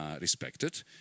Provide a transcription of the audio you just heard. respected